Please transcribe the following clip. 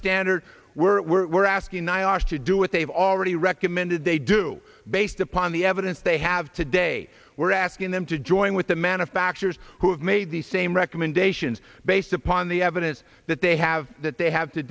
standard we're asking nyasha to do what they've already recommended they do based upon the evidence they have today we're asking them to join with the manufacturers who have made the same recommendations based upon the evidence that they have that they have t